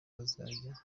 bazajya